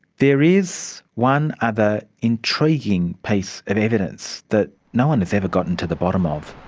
there is one other intriguing piece of evidence that no one has ever gotten to the bottom of.